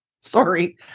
Sorry